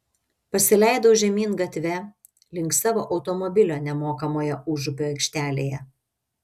pasileidau žemyn gatve link savo automobilio nemokamoje užupio aikštelėje